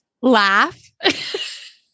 laugh